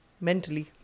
mentally